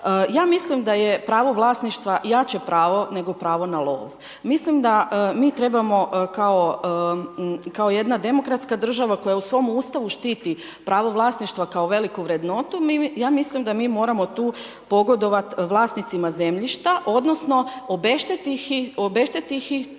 Ja mislim da je pravo vlasništva jače pravo nego pravo na lov, mislim da mi trebamo kao jedna demokratska država koja u svom Ustavu štiti pravo vlasništva kao veliku vrednotu, ja mislim da mi moramo tu pogodovat vlasnicima zemljišta odnosno obeštetiti ih